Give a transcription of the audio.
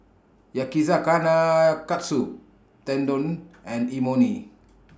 Yakizakana Katsu Tendon and Imoni